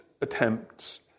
attempts